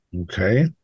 Okay